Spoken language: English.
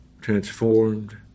transformed